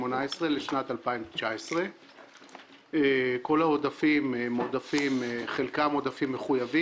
לשנת 2019. חלק מהעודפים הם עודפים מחויבים,